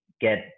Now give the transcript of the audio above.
get